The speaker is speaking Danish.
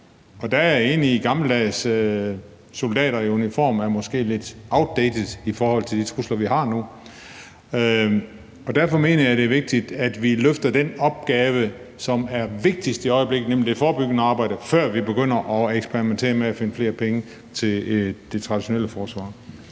Og der er jeg enig i, at gammeldags soldater i uniform måske er lidt outdated i forhold til de trusler, vi har nu. Derfor mener jeg, det er vigtigt, at vi løfter den opgave, som er vigtigst i øjeblikket, nemlig det forebyggende arbejde, før vi begynder at eksperimentere med at finde flere penge til det traditionelle forsvar.